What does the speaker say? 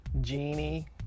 Genie